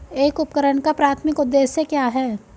एक उपकरण का प्राथमिक उद्देश्य क्या है?